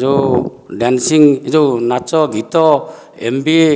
ଯେଉଁ ଡ୍ୟାନସିଂ ଯେଉଁ ନାଚ ଗୀତ ଏମବିଏ